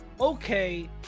okay